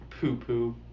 poo-poo